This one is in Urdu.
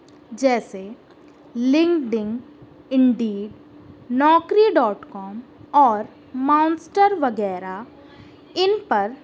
جیسے LinkedIn Indeed Naukri dot com اور مانسٹر وغیرہ ان پر